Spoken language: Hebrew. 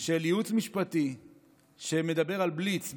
של ייעוץ משפטי שמדבר על בליץ,